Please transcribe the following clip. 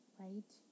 right